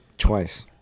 Twice